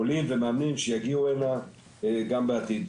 עולים ומאמנים שיגיעו הנה גם בעתיד.